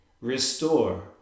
Restore